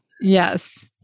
Yes